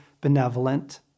benevolent